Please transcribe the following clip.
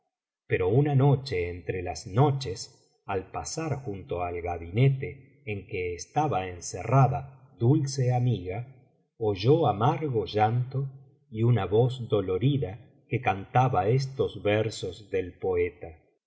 pero una noche entre las noches al pasar junto al gabinete en que estaba encerrada dulce amiga oyó amargo llanto y una voz dolorida que cantaba estos versos del poeta